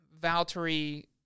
Valtteri –